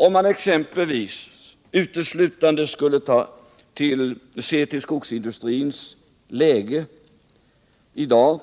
Om man exempelvis uteslutande skulle se till skogsindustrins läge i dag